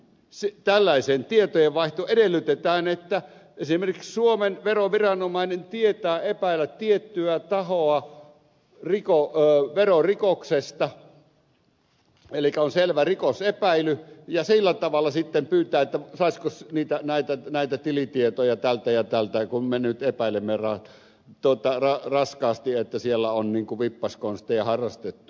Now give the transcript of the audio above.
nimittäin tällaiseen tietojenvaihtoon edellytetään että esimerkiksi suomen veroviranomainen tietää epäillä tiettyä tahoa verorikoksesta elikkä on selvä rikosepäily ja sillä tavalla viranomainen sitten pyytää että saisiko näitä tilitietoja tältä ja tältä kun me nyt epäilemme raskaasti että siellä on niin kuin vippaskonsteja harrastettu